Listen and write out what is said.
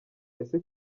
ese